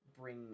bring